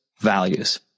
values